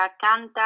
Canta